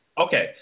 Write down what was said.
Okay